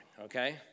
Okay